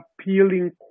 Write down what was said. appealing